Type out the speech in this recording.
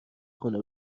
خونه